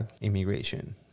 immigration